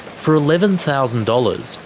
for eleven thousand dollars,